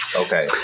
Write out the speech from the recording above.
Okay